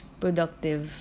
productive